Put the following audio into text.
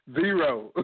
Zero